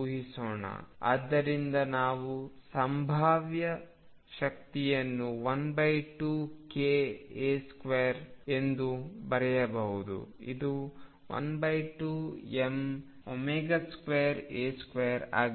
ಊಹಿಸೋಣ ಆದ್ದರಿಂದ ನಾವು ಸಂಭಾವ್ಯ ಶಕ್ತಿಯನ್ನು 12ka2 ಎಂದು ಬರೆಯಬಹುದು ಇದು 12m2a2 ಆಗಿದೆ